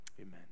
amen